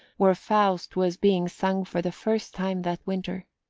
where faust was being sung for the first time that winter.